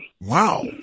Wow